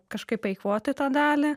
kažkaip eikvoti tą dalį